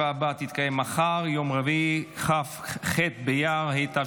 אני קובע כי הצעת חוק העונשין (תיקון,